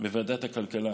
בוועדת הכלכלה